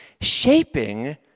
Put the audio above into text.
shaping